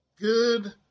Good